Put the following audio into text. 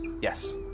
Yes